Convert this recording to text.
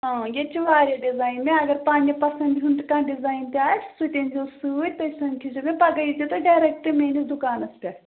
ییٚتہِ چھِ واریاہ ڈِزایِن مےٚ اگر پَنٕنہِ پَسنٛدِ ہُنٛد تہِ کانٛہہ ڈِزایِن تہِ آسہِ سُہ تہِ أنۍزیٚو سۭتۍ تُہۍ سَمکھیٚزیٚو مےٚ پَگاہ ییٖزیٚو تُہۍ ڈیریکٹ میٛٲنِس دُکانَس پٮ۪ٹھ